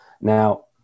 now